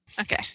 Okay